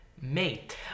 Mate